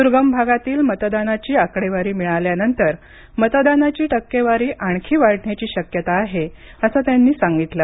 दूर्गम भागातील मतदानाची आकडेवारी मिळाल्यानंतर मतदानाची टक्केवारी आणखी वाढण्याची शक्यता आहे असं त्यांनी सांगितलं